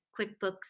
QuickBooks